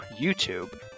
youtube